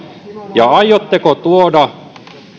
ja aiotteko tuoda